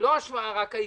לא השוואה, רק העיקרון,